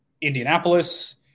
Indianapolis